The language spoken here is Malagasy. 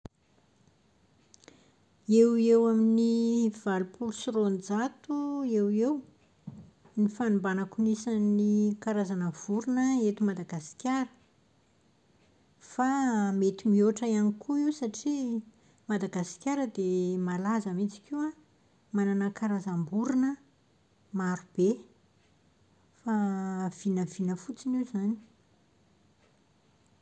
Eo ho eo amin'ny valopolo sy roanjato eo ho eo ny fanombanako ny isan'ny karazana vorona eto Madagasikara. Fa mety mihoatra ihany koa io satria Madagasikara dia malaza mihitsy koa manana karazam-borona maro be fa vinavina fotsiny io izany.